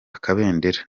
kabendera